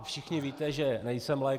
Všichni víte, že nejsem lékař.